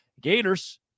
Gators